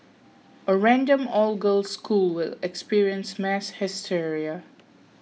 a random all girls school will experience mass hysteria